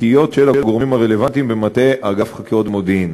וכפוף לביקורות עתיות של הגורמים הרלוונטיים במטה אגף חקירות ומודיעין.